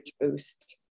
boost